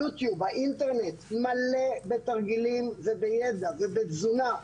היוטיוב, האינטרנט מלא בתרגילים ובידע ובתזונה.